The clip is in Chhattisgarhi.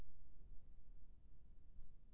कीट प्रबंधन का होथे?